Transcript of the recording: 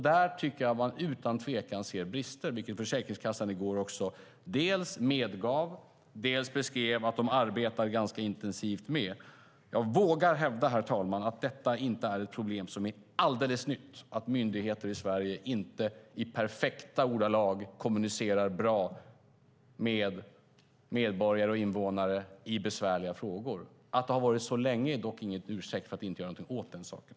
Där tycker jag att man utan tvekan ser brister, vilket Försäkringskassan i går också dels medgav, dels beskrev att de arbetar ganska intensivt med. Jag vågar hävda, herr talman, att detta, att myndigheter i Sverige inte i perfekta ordalag kommunicerar med medborgare och invånare i besvärliga frågor, är ett problem som inte är alldeles nytt. Att det har varit så länge är dock ingen ursäkt för att inte göra någonting åt saken.